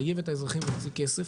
מחייב את האזרחים להוציא כסף,